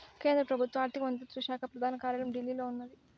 కేంద్ర పెబుత్వ ఆర్థిక మంత్రిత్వ శాక పెదాన కార్యాలయం ఢిల్లీలో ఉన్నాది